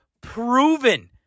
proven